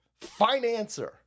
financer